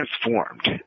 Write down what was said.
transformed